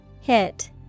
Hit